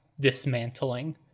dismantling